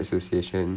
mm mm mm